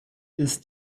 ist